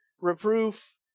reproof